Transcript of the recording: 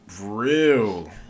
real